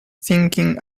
thinking